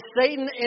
Satan